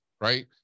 right